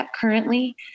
currently